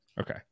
Okay